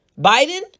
Biden